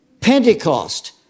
Pentecost